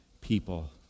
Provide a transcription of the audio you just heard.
people